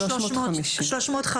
על ה-350